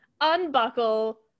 unbuckle